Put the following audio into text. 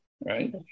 right